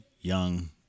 young